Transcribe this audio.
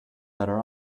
better